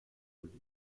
kolleg